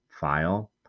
file